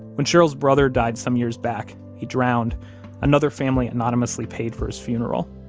when cheryl's brother died some years back he drowned another family anonymously paid for his funeral